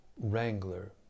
wrangler